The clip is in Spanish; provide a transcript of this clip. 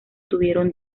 tuvieron